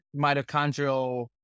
mitochondrial